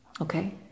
Okay